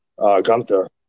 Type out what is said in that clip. Gunther